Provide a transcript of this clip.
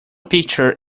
picture